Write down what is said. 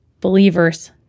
believers